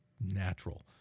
natural